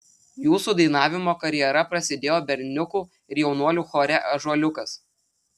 jūsų dainavimo karjera prasidėjo berniukų ir jaunuolių chore ąžuoliukas